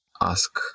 ask